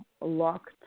locked